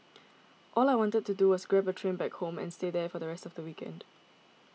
all I wanted to do was grab a train back home and stay there for the rest of the weekend